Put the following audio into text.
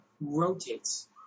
rotates